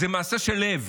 זה מעשה של לב.